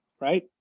right